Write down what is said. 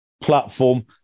platform